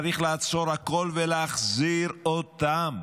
צריך לעצור הכול ולהחזיר אותם.